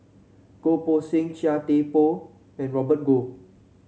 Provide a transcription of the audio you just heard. Goh Poh Seng Chia Thye Poh and Robert Goh